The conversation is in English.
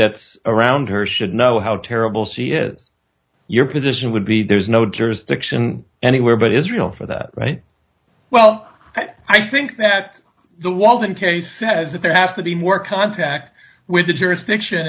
that's around her should know how terrible she is your position would be there's no jurisdiction anywhere but israel for that right well i think that the walton case says that there has to be more contact with jurisdiction